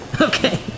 Okay